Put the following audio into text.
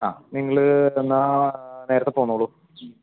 ആ നിങ്ങൾ എന്നാൽ നേരത്തെ പോന്നോളൂ